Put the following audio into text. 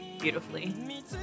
beautifully